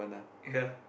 ya